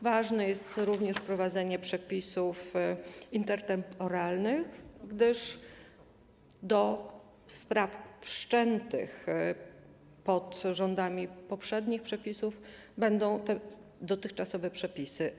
Ważne jest również wprowadzenie przepisów intertemporalnych, gdyż do spraw wszczętych pod rządami poprzednich przepisów będą stosowane dotychczasowe przepisy.